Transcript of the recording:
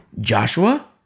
Joshua